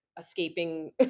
escaping